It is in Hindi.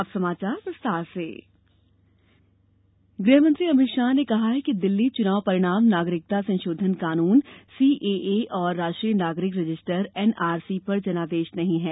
अब समाचार विस्तार से अमित शाह गृह मंत्री अमित शाह ने कहा है कि दिल्ली चूनाव परिणाम नागरिकता संशोधन कानून सीएए और राष्ट्रीय नागरिक रजिस्टर एनआरसी पर जनादेश नहीं है